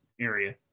area